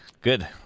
Good